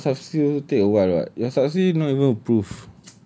ya subsidy also take a while [what] your subsidy is not even approved